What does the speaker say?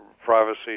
privacy